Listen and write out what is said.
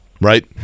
right